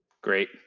Great